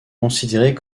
considérés